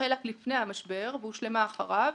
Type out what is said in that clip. החלה לפני המשבר - והושלמה אחריו,